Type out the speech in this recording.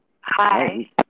Hi